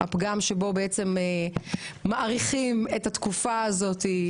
בכך שמאריכים את התקופה הזאת.